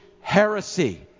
heresy